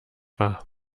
war